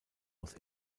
aus